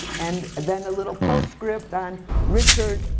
and then a little postscript on richard,